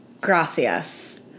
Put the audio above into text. gracias